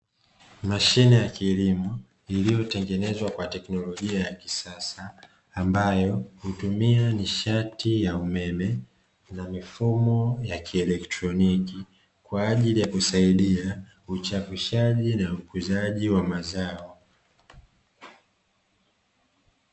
Mashine ya kilimo, iliyotengenzwa kwa teknolojia ya kisasa, ambayo hutumia nishati ya umeme na mifumo ya kielektroniki, kwa ajili ya kusaidia uchapishaji na ukuzaji wa mazao.